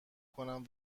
کنم